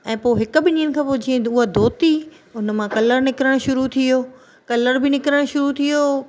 ऐं पोइ हिकु ॿिनि ॾींहनि खां पोइ जीअं उहा धोती उन मां कलरु निकिरणु शुरू थी वियो कलरु बि निकिरणु शुरू थी वियो